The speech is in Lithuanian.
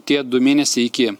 tie du mėnesiai iki